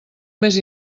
més